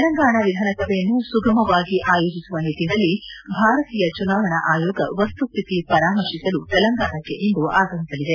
ತೆಲಂಗಾಣ ವಿಧಾನಸಭೆಯನ್ನು ಸುಗಮವಾಗಿ ಆಯೋಜಿಸುವ ನಿಟ್ಟಿನಲ್ಲಿ ಭಾರತೀಯ ಚುನಾವಣಾ ಆಯೋಗ ವಸ್ತುಸ್ಲಿತಿ ಪರಾಮರ್ಶಿಸಲು ತೆಲಂಗಾಣಕ್ಕೆ ಇಂದು ಆಗಮಿಸಲಿದೆ